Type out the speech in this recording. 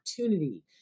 opportunity